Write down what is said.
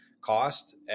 cost